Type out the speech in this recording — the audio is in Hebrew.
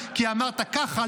כי אמרת ככה,